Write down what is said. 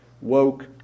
woke